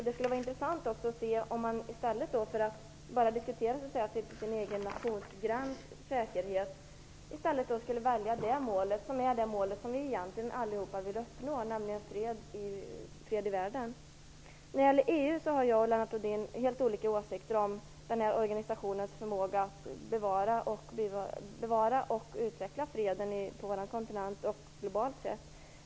Det skulle också vara intressant att se om man i stället för att bara diskutera sin egen nationsgräns säkerhet valde det mål som vi egentligen allihop vill uppnå, nämligen fred i världen. När det gäller EU har jag och Lennart Rohdin helt olika åsikter om denna organisations förmåga att bevara och utveckla freden på vår kontinent och globalt sett.